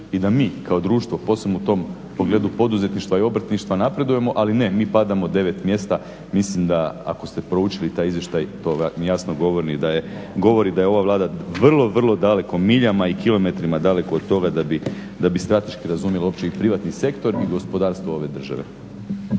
i da mi kao društvo posebno u tom pogledu poduzetništva i obrtništva napredujemo, ali ne mi padamo devet mjesta, mislim da ako ste proučili taj izvještaj to vam jasno govori da je ova Vlada vrlo, vrlo daleko, miljama i kilometrima daleko od toga da bi strateški razumjela uopće i privatni sektor i gospodarstvo ove države.